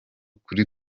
kuri